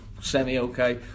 semi-okay